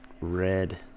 red